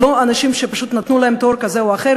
לא אנשים שפשוט נתנו להם תואר כזה או אחר